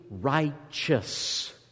righteous